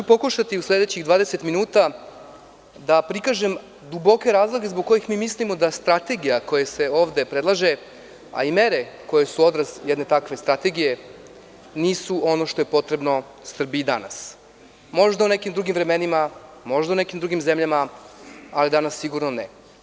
Pokušaću da u sledećih 20 minuta prikažem duboke razloge zbog kojih mi mislimo da strategija koja se ovde predlaže, a i mere koje su odraz jedne takve strategije nisu ono što je potrebno Srbiji danas, možda u nekim drugim vremenima, možda u nekim drugim zemljama, ali danas sigurno ne.